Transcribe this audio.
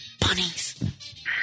Bunnies